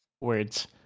words